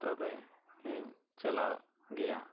ᱛᱚᱵᱮ ᱤᱧ ᱪᱟᱞᱟᱜ ᱜᱮᱭᱟ